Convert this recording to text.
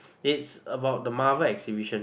it's about the Marvel exhibition